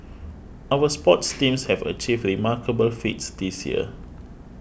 our sports teams have achieved remarkable feats this year